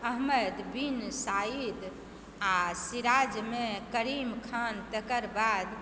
Ahmad bin Said आ सिराजमे करीमखान तकर बाद